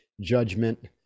judgment